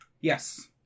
Yes